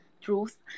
truth